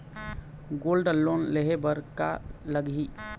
Gold loan लेहे बर का लगही?